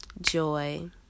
Joy